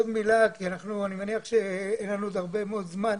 עוד מילה כי אני מניח שאין לנו עוד הרבה זמן.